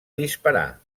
disparar